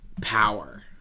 power